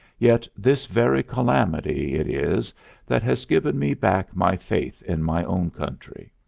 yet this very calamity it is that has given me back my faith in my own country.